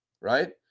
right